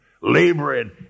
Laboring